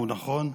והוא נכון.